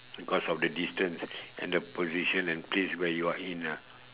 because of the distance and the position and place where you are in ah